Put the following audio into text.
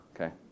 okay